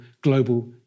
global